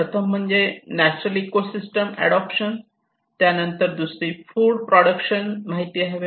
प्रथम म्हणजे natural eco system adoption त्यानंतर दुसरी फुड प्रोडक्शन माहिती हवे